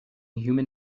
human